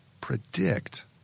predict